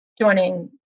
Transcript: joining